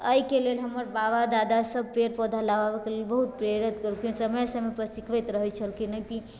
तऽ अयके लेल हमर बाबा दादा सब पेड़ पौधा लगाबैके लेल बहुत प्रेरित कयलखिन समय समयपर सीखबैत रहै छलखिन की